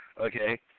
okay